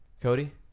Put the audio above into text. Cody